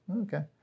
Okay